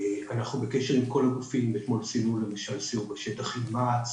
אנחנו בקשר עם כל הגופים ואתמול עשינו למשל סיור בשטר בשיתוף עם מעץ